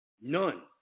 None